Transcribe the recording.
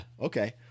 okay